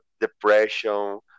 depression